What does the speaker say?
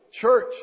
church